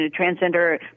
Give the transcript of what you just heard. transgender